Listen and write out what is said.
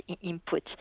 input